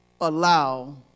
allow